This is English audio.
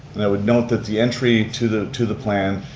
and i would note that the entry to the to the plan,